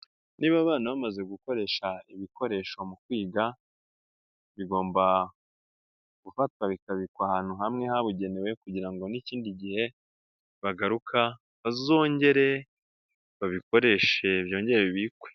Niba abana bamaze gukoresha ibikoresho mu kwiga, bigomba gufatwa bikabikwa ahantu hamwe habugenewe kugira ngo n'ikindi gihe ni bagaruka bazongere babikoreshe byongere bibikwe.